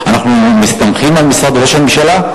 אנחנו מסתמכים על משרד ראש הממשלה?